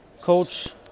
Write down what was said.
coach